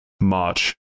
March